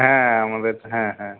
হ্যাঁ আমাদের হ্যাঁ হ্যাঁ